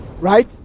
Right